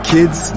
Kids